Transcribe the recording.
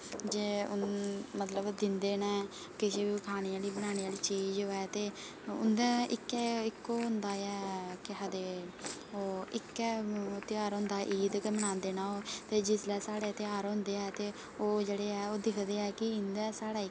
जे मतलब दिंदे न किश बी खानै आह्ली बनाने आह्ली चीज़ होऐ ते इंदे इक्को होंदा ऐ केह् आखदे ओह् इक्कै ध्यार होंदा ते ओह् ईद गै मनांदे न ते जिसलै साढ़े ध्यार होंदे ते ओह् जेह्ड़े दिकदे ऐ कि इंदे जेह्ड़े ऐ